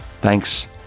Thanks